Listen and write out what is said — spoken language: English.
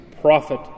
prophet